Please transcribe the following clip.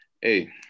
hey